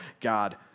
God